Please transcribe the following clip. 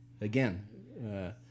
again